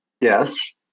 Yes